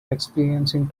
experiencing